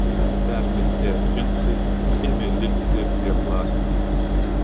permirkę džinsai ėmė lipti prie plastiko